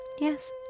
Yes